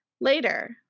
Later